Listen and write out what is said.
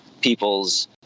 people's